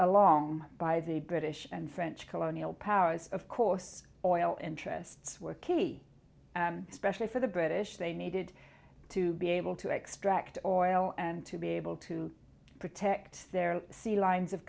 along by the british and french colonial powers of course oil interests were kids especially for the british they needed to be able to extract oil and to be able to protect their sea lines of